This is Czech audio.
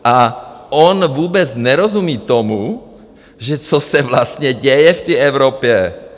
A on vůbec nerozumí tomu, že co se vlastně děje v té Evropě.